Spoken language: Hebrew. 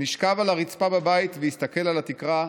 נשכב על הרצפה בבית והסתכל על התקרה,